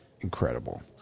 incredible